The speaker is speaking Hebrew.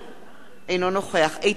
אינו נוכח איתן כבל,